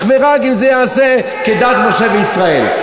אך ורק אם זה נעשה כדת משה וישראל.